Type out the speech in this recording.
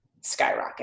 Skyrocket